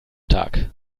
tag